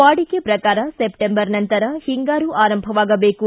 ವಾಡಿಕೆ ಪ್ರಕಾರ ಸೆಪ್ಟೆಂಬರ್ ನಂತರ ಹಿಂಗಾರು ಆರಂಭವಾಗಬೇಕು